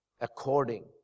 according